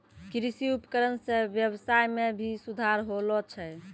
कृषि उपकरण सें ब्यबसाय में भी सुधार होलो छै